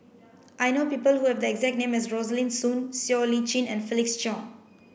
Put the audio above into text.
I know people who have the exact name as Rosaline Soon Siow Lee Chin and Felix Cheong